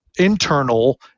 Internal